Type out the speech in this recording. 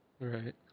Right